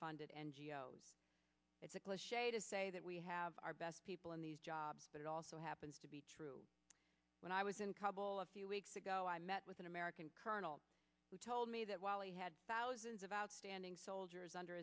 funded n g o s it's a cliche to say that we have our best people in these jobs but it also happens to be true when i was in kabul a few weeks ago i met with an american colonel who told me that while he had thousands of outstanding soldiers under